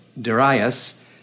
Darius